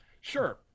Sure